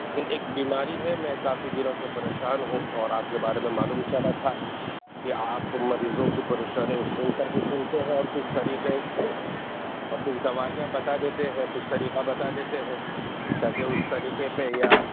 لیکن ایک بیماری ہے میں کافی دنوں سے پریشان ہوں اور آپ کے بارے میں معلوم چلا تھا کہ آپ مریضوں کی پریشانی فون پر بھی سنتے ہیں اور کچھ طریقے اور کچھ دوائیاں بتا دیتے ہیں کچھ طریقہ بتا دیتے ہیں تاکہ اس طریقے پہ یا